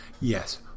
yes